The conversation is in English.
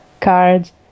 cards